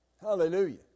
Hallelujah